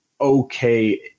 okay